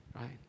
right